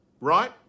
right